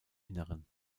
inneren